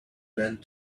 went